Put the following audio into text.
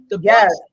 Yes